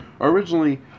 Originally